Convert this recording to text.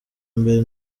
mbere